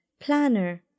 planner